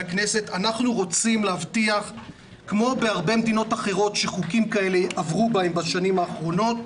הכנסת כמו בהרבה מדינות אחרות שחוקים כאלה עברו בהן בשנים האחרונות,